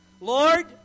Lord